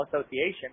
association